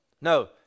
No